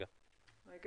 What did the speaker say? רבה